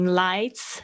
lights